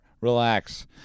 Relax